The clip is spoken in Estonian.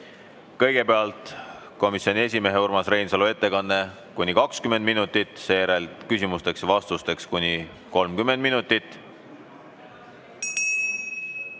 Kõigepealt on komisjoni esimehe Urmas Reinsalu ettekanne kuni 20 minutit, seejärel on küsimusteks ja vastusteks kuni 30 minutit.